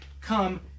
come